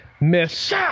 miss